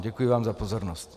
Děkuji vám za pozornost.